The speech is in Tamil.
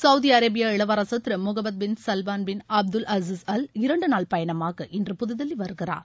சவுதி அரேபியா இளவரசர் Thiru Mohammed bin Salman bin Abdul Aziz al இரண்டு நாள் பயணமாக இன்று புதுதில்லி வருகிறார்